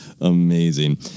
amazing